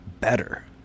better